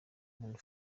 umuntu